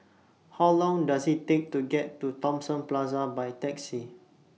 How Long Does IT Take to get to Thomson Plaza By Taxi